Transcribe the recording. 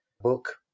book